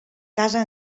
casa